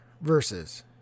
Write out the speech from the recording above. versus